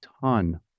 ton